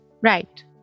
Right